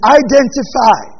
identify